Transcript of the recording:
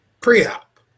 pre-op